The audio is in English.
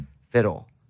fiddle